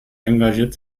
engagiert